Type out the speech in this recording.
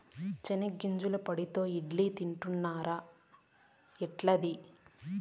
చెనిగ్గింజల పొడితో ఇడ్లీ తింటున్నారా, ఎట్లుంది